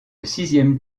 sixième